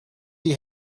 die